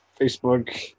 Facebook